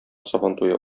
сабантуе